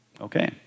Okay